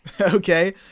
Okay